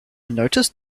noticed